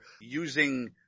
using